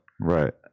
Right